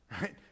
right